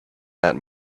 that